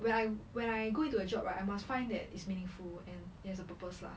when I when I go into a job right I must find that it's meaningful and it has a purpose lah